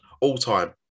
all-time